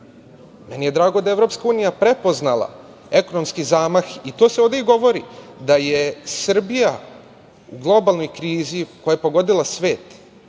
Meni je drago da EU prepoznala ekonomski zamah i to se ovde i govori, da je Srbija u globalnoj krizi koja je pogodila svet